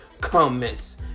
comments